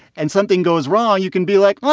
and something goes wrong, you can be like,